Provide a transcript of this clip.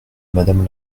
madame